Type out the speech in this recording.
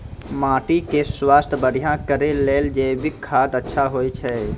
माटी के स्वास्थ्य बढ़िया करै ले जैविक खाद अच्छा होय छै?